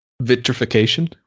vitrification